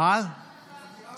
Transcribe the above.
ביטן לא